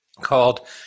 called